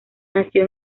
nació